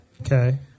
Okay